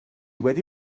wedi